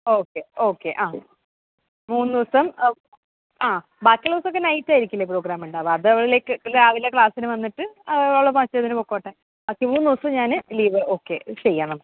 okay okay ആ മൂന്നുദിവസം ആ ബാക്കി ദിവസൊക്കെ നെറ്റാരിക്കില്ലേ പ്രോഗ്രാമുണ്ടാവുക അതവൾ ലൈക് രാവിലെ ക്ലാസ്സിന് വന്നിട്ട് അവൾ മറ്റേതിന് പൊക്കോട്ടെ മറ്റ് മൂന്നുദിവസം ഞാൻ ലീവ് ഓക്കെ ചെയ്യാം നമുക്ക്